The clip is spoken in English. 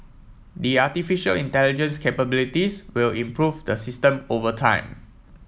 the artificial intelligence capabilities will improve the system over time